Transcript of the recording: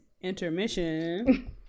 Intermission